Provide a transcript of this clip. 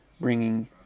bringing